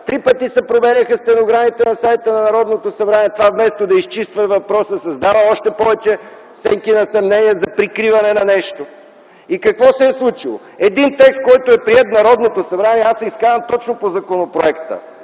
Три пъти се променяха стенограмите на сайта на Народното събрание. Това вместо да изчиства въпроса, създава още сенки на съмнение за прикриване на нещо. И какво се е случило? Един текст, който е приет в Народното събрание – аз се изказвам точно по законопроекта